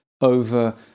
over